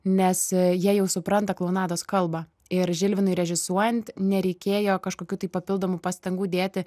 nes jie jau supranta klounados kalbą ir žilvinui režisuojant nereikėjo kažkokių papildomų pastangų dėti